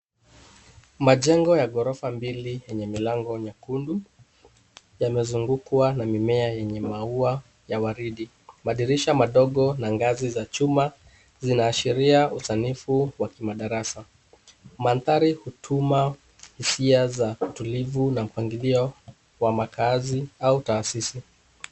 Majengo ya ghorofa mbili yenye milango nyekundu yamezungukwa na mimea yenye maua ya waridi ,madirisha madogo na ngazi za chuma zinaashiria usanifu wa kimadarasa ,mandhari utuma hisia za utulivu na mpangilio wa makaazi au taasisi .